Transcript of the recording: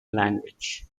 language